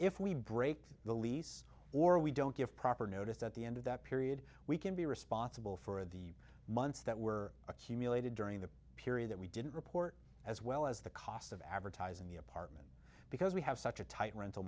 if we break the lease or we don't give proper notice at the end of that period we can be responsible for the months that were accumulated during the period that we didn't report as well as the cost of advertising the apartment because we have such a tight rental